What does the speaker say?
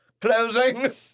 closing